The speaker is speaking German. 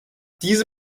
diese